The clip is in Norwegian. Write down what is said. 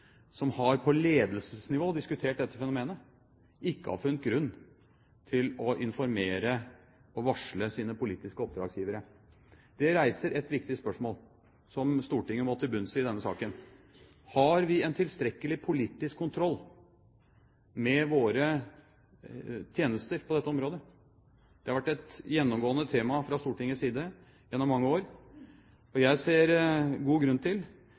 som på ledelsesnivå har diskutert dette fenomenet, ikke har funnet grunn til å informere og varsle sine politiske oppdragsgivere. Det reiser et viktig spørsmål som Stortinget må til bunns i i denne saken: Har vi en tilstrekkelig politisk kontroll med våre tjenester på dette området? Det har vært et gjennomgående tema fra Stortingets side gjennom mange år. Jeg ser god grunn til,